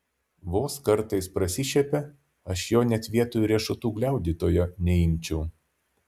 vos kartais prasišiepia aš jo net vietoj riešutų gliaudytojo neimčiau